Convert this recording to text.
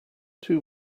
too